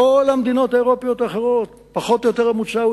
בכל המדינות האירופיות האחרות הממוצע פחות או יותר 20%,